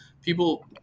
People